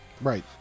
right